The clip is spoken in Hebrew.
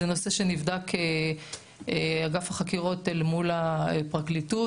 זה נושא שנבדק באגף החקירות אל מול הפרקליטות,